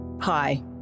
Hi